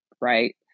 right